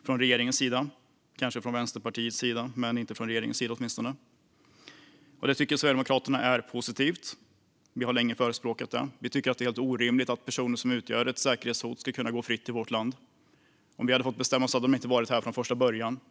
Vänsterpartiet kanske gör det, men inte regeringen. Detta tycker Sverigedemokraterna är positivt. Vi har länge förespråkat det. Vi tycker att det är helt orimligt att personer som utgör ett säkerhetshot ska kunna gå fritt i vårt land. Om vi hade fått bestämma hade de inte varit här från första början.